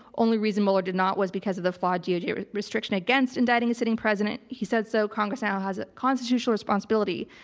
only reason mueller did not was because of the flawed doj restriction against indicting a sitting president he said so congress now has a constitutional responsibility.